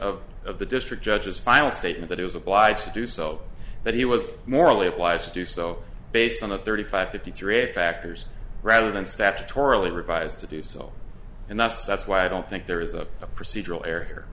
of of the district judge is final statement that he was obliged to do so that he was morally it wise to do so based on the thirty five fifty three factors rather than statutorily revised to do so and that's that's why i don't think there is a procedural